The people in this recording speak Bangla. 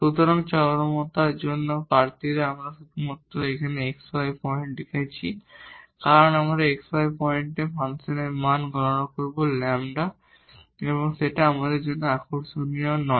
সুতরাং এই চরমতার জন্য ক্যান্ডিডেডরা আমি এখানে শুধু x y পয়েন্ট লিখছি কারণ আমরা x y বিন্দুতে ফাংশন মান গণনা করব λ সেখানে আমাদের জন্য আকর্ষণীয় নয়